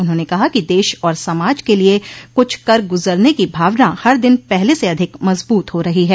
उन्होंने कहा कि देश और समाज के लिये कुछ कर गुजरने की भावना हर दिन पहले से अधिक मजबूत हो रही है